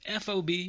FOB